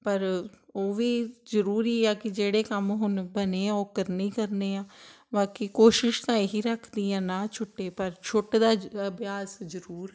ਪਰ ਉਹ ਵੀ ਜ਼ਰੂਰੀ ਆ ਕਿ ਜਿਹੜੇ ਕੰਮ ਹੁਣ ਬਣੇ ਆ ਉਹ ਕਰਨੇ ਹੀ ਕਰਨੇ ਆ ਬਾਕੀ ਕੋਸ਼ਿਸ਼ ਤਾਂ ਇਹੀ ਰੱਖਦੀ ਹਾਂ ਨਾ ਛੁੱਟੇ ਪਰ ਛੁੱਟਦਾ ਅਭਿਆਸ ਜ਼ਰੂਰ ਆ